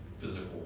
physical